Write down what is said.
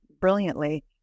brilliantly